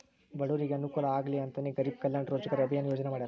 ಬಡೂರಿಗೆ ಅನುಕೂಲ ಆಗ್ಲಿ ಅಂತನೇ ಗರೀಬ್ ಕಲ್ಯಾಣ್ ರೋಜಗಾರ್ ಅಭಿಯನ್ ಯೋಜನೆ ಮಾಡಾರ